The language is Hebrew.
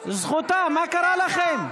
זכותה, מה קרה לכם?